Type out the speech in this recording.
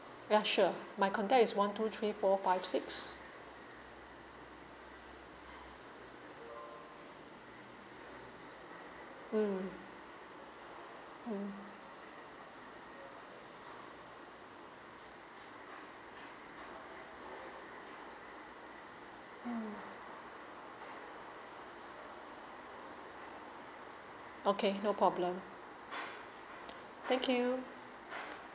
ya sure my contact is one two three four five six mm mm mm okay no problem thank you